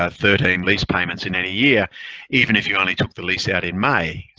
ah thirteen lease payments in any year even if you only took the lease out in may.